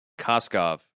Koskov